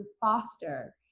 foster